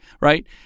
right